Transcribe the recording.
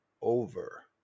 over